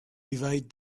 evade